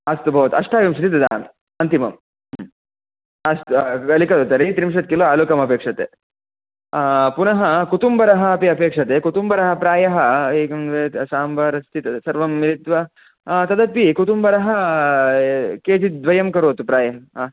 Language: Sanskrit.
अस्तु भवतु अष्टाविंशति ददामि अन्तिमम् अस्तु लिखतु तर्हि त्रिंशत् किलो आलुकमपेक्ष्यते पुनः कुतुम्बरः अपि अपेक्ष्यते कुतुम्बरः प्रायः एकं द्वे साम्बार् अस्ति सर्वं मिलित्वा तदपि कुतुम्बरः केजिद्वयं करोतु प्रायः हँ